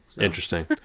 Interesting